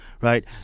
right